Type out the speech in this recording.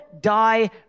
die